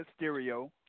Mysterio